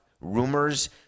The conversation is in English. rumors